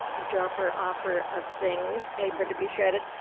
dropper-offer of things, paper to be shredded,